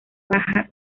baja